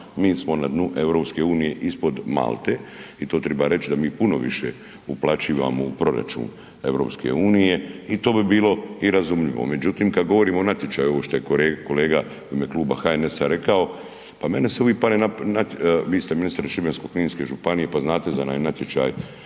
mi smo na dnu EU ispod Malte i to triba reći da mi puno više uplaćivamo u proračun EU i to bi bilo i razumljivo. Međutim kada govorimo o natječaju ovo što je kolega u ime kluba HNS-a rekao, pa meni uvijek padne na pamet vi ste ministar Šibensko-kninske županije pa znate za onaj natječaj